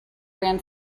ran